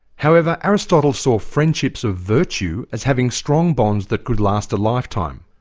however, aristotle saw friendships of virtue as having strong bonds that could last a lifetime.